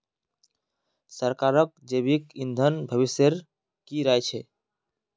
सरकारक जैविक ईंधन भविष्येर की राय छ